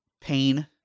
pain